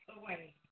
away